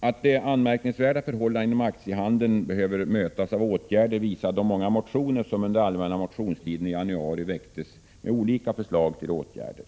Att de anmärkningsvärda förhållandena inom aktiehandeln behöver mötas av åtgärder visar de många motioner som under allmänna motionsti den i januari väcktes med olika förslag till åtgärder.